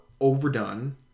overdone